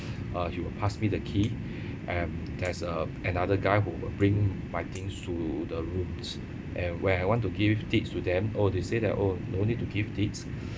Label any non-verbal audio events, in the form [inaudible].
uh he will pass me the key [breath] and there's uh another guy who bring my things to the rooms and when I want to give tips to them oh they say that oh no need to give tips [breath]